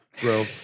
bro